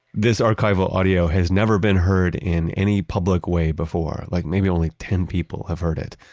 this archival audio has never been heard in any public way before. like maybe only ten people have heard it.